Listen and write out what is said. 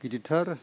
गिदिरथार